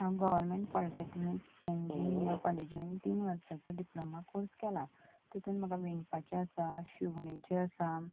हांव government polytechnic Panaji ह्या कॉलेजीन तीन वर्सांचो डिप्लोमा कोर्स केला तेतून म्हाका विणपाचे आसा शिवणेचें आसा